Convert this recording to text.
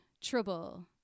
trouble